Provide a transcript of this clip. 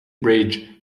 bridge